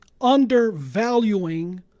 undervaluing